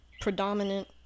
predominant